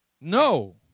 No